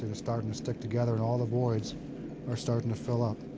and starting to stick together, and all the voids are starting to fill up.